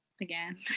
again